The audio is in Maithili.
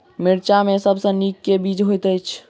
मिर्चा मे सबसँ नीक केँ बीज होइत छै?